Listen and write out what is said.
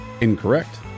incorrect